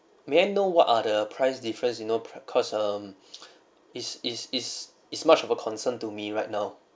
may I know what are the price difference you know pri~ cause um is is is is much of a concern to me right now